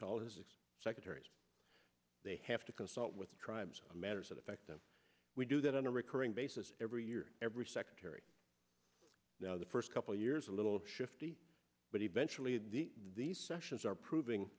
his secretaries they have to consult with tribes matters that affect them we do that on a recurring basis every year every secretary now the first couple of years a little shifty but eventually these sessions are proving